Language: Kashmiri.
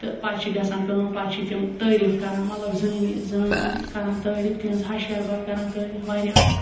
تہٕ پَتہٕ چھِ گژھان کٲم پَتہٕ چھِ تِم تعایٖف کَران مطلب زٲمی زامہٕ کَران تعاریٖف تِہٕنٛز ہَش ہیٚہربَب کَران تعاریٖف واریاہ اَصٕل